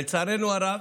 לצערנו הרב,